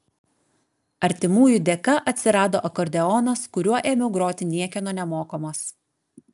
artimųjų dėka atsirado akordeonas kuriuo ėmiau groti niekieno nemokomas